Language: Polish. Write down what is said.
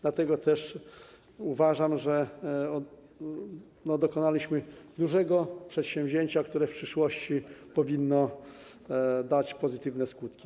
Dlatego też uważam, że podjęliśmy się dużego przedsięwzięcia, które w przyszłości powinno dać pozytywne skutki.